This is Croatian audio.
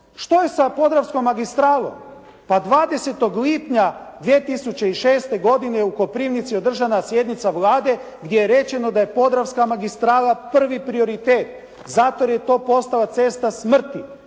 što je sa podravskom magistralom? Pa 20. lipnja 2006. je u Koprivnici održana sjednica Vlade gdje je rečeno da je podravska magistrala prvi prioritet zato jer je to postala cesta smrti.